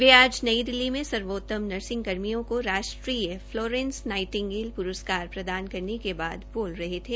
वे आज नई दिल्ली में सर्वोतम नर्सिंग कर्मियों को फलोरेंस नाईटिंगगेल प्रस्कार प्रदान करने के बाद बोल रहे थे